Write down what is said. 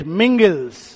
mingles